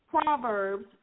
Proverbs